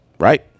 Right